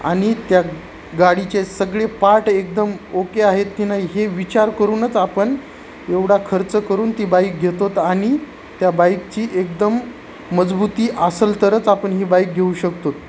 आणि त्या गाडीचे सगळे पार्ट एकदम ओके आहेत की नाही हे विचार करूनच आपण एवढा खर्च करून ती बाईक घेतो आणि त्या बाईकची एकदम मजबूती असेल तरच आपण ही बाईक घेऊ शकतो